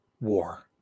war